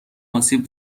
آسیب